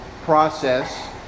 process